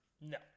No